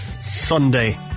Sunday